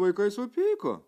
vaikai supyko